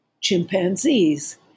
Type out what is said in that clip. chimpanzees